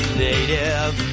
native